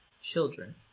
children